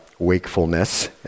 wakefulness